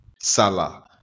Salah